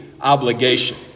obligation